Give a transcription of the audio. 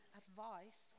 advice